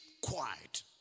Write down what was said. quiet